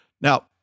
Now